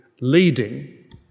leading